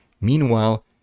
Meanwhile